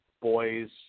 Boys